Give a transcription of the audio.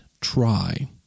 try